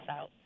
out